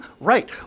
Right